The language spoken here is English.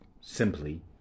simply